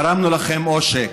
גרמנו לכם עושק.